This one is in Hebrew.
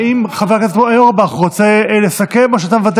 האם חבר הכנסת אורבך רוצה לסכם,